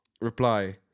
Reply